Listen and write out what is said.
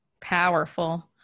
powerful